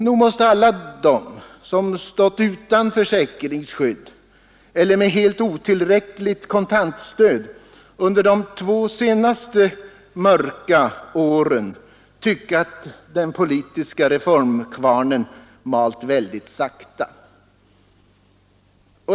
Nog måste alla de som stått utan försäkringsskydd eller med helt otillräckligt kontantstöd under de två senaste, mörka åren tycka att den politiska reformkvarnen malt väldigt sakta.